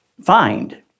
find